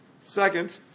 second